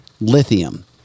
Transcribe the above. lithium